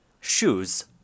Shoes